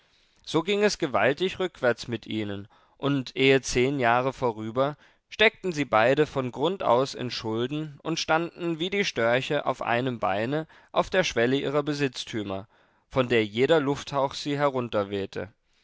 so ging es gewaltig rückwärts mit ihnen und ehe zehn jahre vorüber steckten sie beide von grund aus in schulden und standen wie die störche auf einem beine auf der schwelle ihrer besitztümer von der jeder lufthauch sie